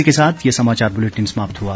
इसके साथ ये समाचार बुलेटिन समाप्त हुआ